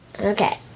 Okay